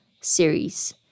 series